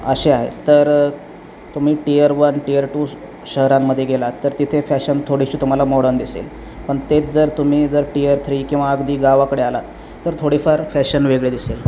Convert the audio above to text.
असे आहे तर तुम्ही टीयर वन टीयर टू शहरांमध्ये गेला तर तिथे फॅशन थोडीशी तुम्हाला मॉडर्न दिसेल पण तेच जर तुम्ही जर टीयर थ्री किंवा अगदी गावाकडे आलात तर थोडीफार फॅशन वेगळी दिसेल